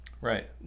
Right